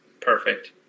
perfect